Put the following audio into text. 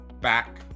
back